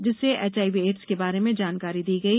जिससे HIV AIDS के बारे में जानकारी दी गई